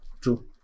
true